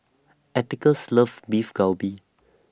Atticus loves Beef Galbi